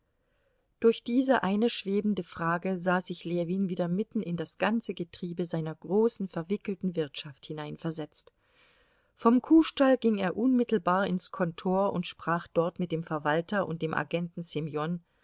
durch diese eine schwebende frage sah sich ljewin wieder mitten in das ganze getriebe seiner großen verwickelten wirtschaft hineinversetzt vom kuhstall ging er unmittelbar ins kontor und sprach dort mit dem verwalter und dem agenten